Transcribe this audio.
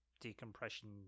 decompression